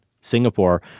Singapore